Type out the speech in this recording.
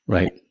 Right